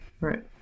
Right